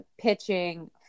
pitching